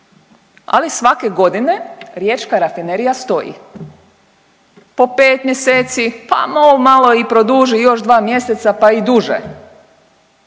ali svake godine Riječka rafinerija stoji po pet mjeseci, pa MOL malo i produži još 2 mjeseca pa i duže